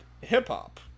hip-hop